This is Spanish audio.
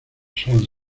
sol